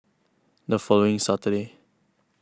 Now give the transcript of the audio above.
the following Saturday